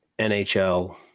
NHL